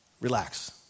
Relax